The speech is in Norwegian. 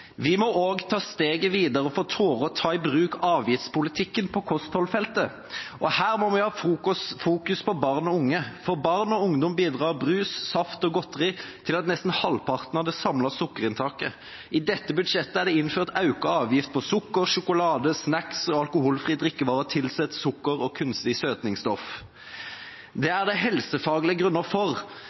må òg ta steget vidare for å tora å ta i bruk avgiftspolitikken på kosthaldsfeltet. Òg her må vi ha fokus på barn og unge. For barn og ungdom bidrar brus, saft og godteri til nesten halvparten av det samla sukkerinntaket. I dette budsjettet er det innført auka avgift på sukker, sjokolade, snacks og alkoholfrie drikkevarer tilsett sukker og kunstig søtingsstoff. Det er det helsefaglege grunnar for,